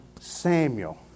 Samuel